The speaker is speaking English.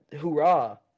hoorah